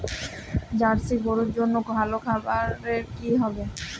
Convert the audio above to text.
Jersey গরুর জন্য ভালো খাবার কি হবে?